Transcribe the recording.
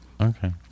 Okay